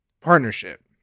Partnership